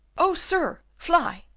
oh, sir, fly!